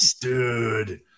dude